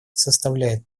составляют